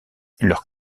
leurs